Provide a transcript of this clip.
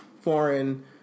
foreign